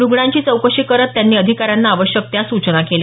रुग्णांची चौकशी करत त्यांनी अधिकाऱ्यांना आवश्यक सूचना केल्या